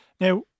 Now